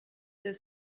der